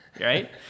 Right